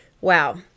Wow